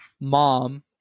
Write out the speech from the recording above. mom